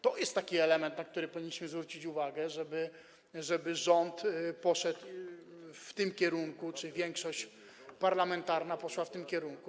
To jest element, na który powinniśmy zwrócić uwagę, żeby rząd poszedł w tym kierunku, żeby większość parlamentarna poszła w tym kierunku.